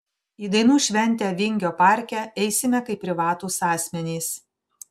į dainų šventę vingio parke eisime kaip privatūs asmenys